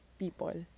people